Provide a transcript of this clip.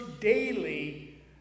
daily